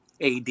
AD